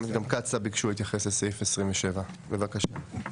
גם קצא"א ביקשו להתייחס לסעיף 27. בבקשה.